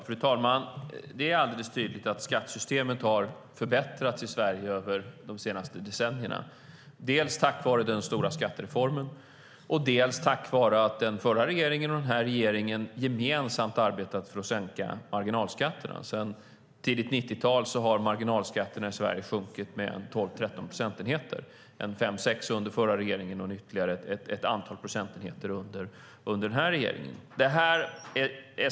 Fru talman! Det är alldeles tydligt att skattesystemet i Sverige har förbättrats över de senaste decennierna, dels tack vare den stora skattereformen, dels tack vare att den förra regeringen och den här regeringen gemensamt har arbetat för att sänka marginalskatterna. Sedan tidigt 90-tal har marginalskatterna i Sverige sjunkit med 12-13 procentenheter - 5-6 procentenheter under förra regeringen och ytterligare ett antal procentenheter under den här regeringen.